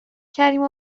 کریم